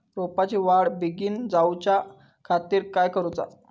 रोपाची वाढ बिगीन जाऊच्या खातीर काय करुचा?